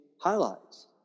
highlights